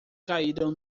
caíram